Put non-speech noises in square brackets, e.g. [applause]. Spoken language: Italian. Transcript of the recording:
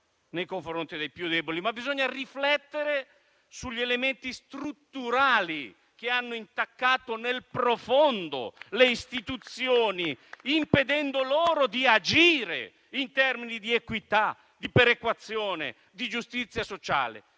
nei confronti dei più deboli. Bisogna riflettere sugli elementi strutturali che hanno intaccato nel profondo le istituzioni, [applause] impedendo loro di agire in termini di equità, di perequazione e di giustizia sociale.